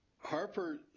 Harper